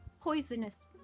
Poisonous